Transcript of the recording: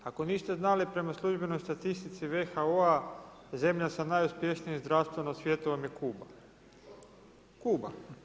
Ako niste znali prema službenoj statistici VHO-a zemlja sa najuspješnijim zdravstvom na svijetu vam je Kuba. … [[Upadica se ne čuje.]] Kuba.